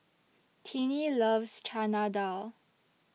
Tennie loves Chana Dal